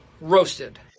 Roasted